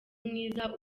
mwiza